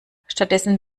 stattdessen